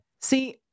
See